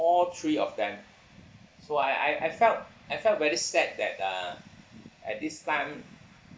all three of them so I I felt I felt very sad that uh at this time